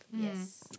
Yes